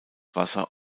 wasser